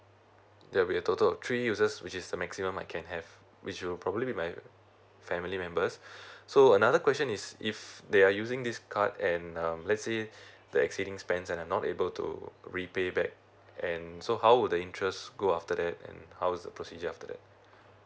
there will be a total of three users which is the maximum I can have which will probably with my family members so another question is if they are using this card and um let's say they exceeding spends and I'm not able to repay back and so how would the interest go after that and how was the procedure after that